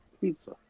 pizza